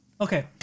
Okay